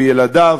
בילדיו,